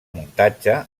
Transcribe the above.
muntatge